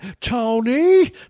Tony